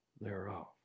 thereof